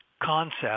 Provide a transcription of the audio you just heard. concept